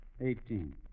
Eighteen